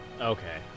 Okay